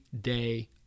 day